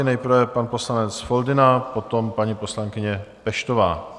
Nejprve pan poslanec Foldyna, potom paní poslankyně Peštová.